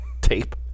tape